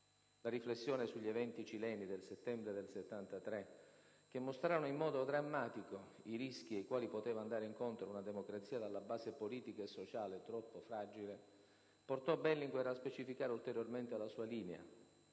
La riflessione sugli eventi cileni del settembre 1973, che mostrarono in modo drammatico i rischi ai quali poteva andare incontro una democrazia dalla base politica e sociale troppo fragile, portò Berlinguer a specificare ulteriormente la sua linea,